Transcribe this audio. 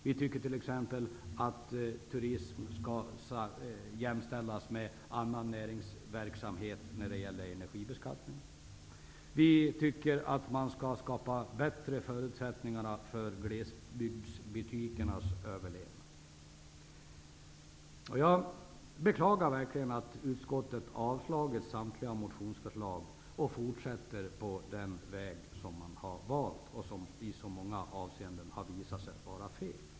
Vi tycker t.ex. att turism skall jämställas med annan näringsverksamhet när det gäller energibeskattning. Vi tycker att man skall skapa bättre förutsättningar för glesbygdsbutikernas överlevnad. Jag beklagar verkligen att utskottet har avstyrkt samtliga motionsförslag och fortsätter på den väg som man har valt och som i så många avseenden har visat sig vara fel.